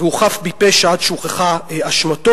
והוא חף מפשע עד שהוכחה אשמתו,